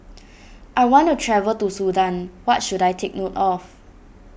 I want to travel to Sudan what should I take note of